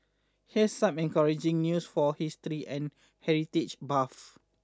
here's some encouraging news for history and heritage buffs